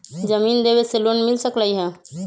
जमीन देवे से लोन मिल सकलइ ह?